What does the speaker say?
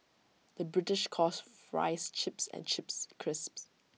the British calls Fries Chips and Chips Crisps